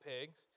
pigs